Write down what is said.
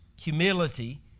humility